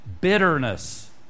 Bitterness